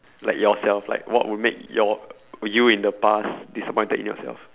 like yourself like what would make your you in the past disappointed in yourself